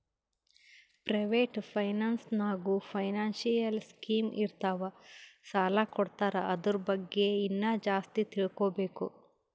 private finance ನಾಗ್ನೂ financial scheme ಇರ್ತಾವ್ ಸಾಲ ಕೊಡ್ತಾರ ಅದುರ್ ಬಗ್ಗೆ ಇನ್ನಾ ಜಾಸ್ತಿ ತಿಳ್ಕೋಬೇಕು